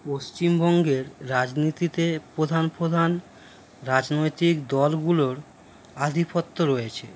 পশ্চিমবঙ্গের রাজনীতিতে প্রধান প্রধান রাজনৈতিক দলগুলোর আধিপত্য রয়েছে